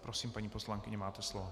Prosím, paní poslankyně, máte slovo.